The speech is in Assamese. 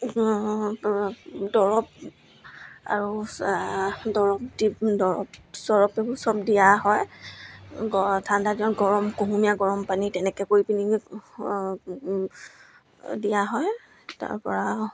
দৰৱ আৰু দৰৱ দি দৰৱ চৰব এইবোৰ সব দিয়া হয় গ ঠাণ্ডা দিনত গৰম কুহুমীয়া গৰম পানী তেনেকৈ কৰি পিনি দিয়া হয় তাৰপৰা